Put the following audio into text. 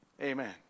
Amen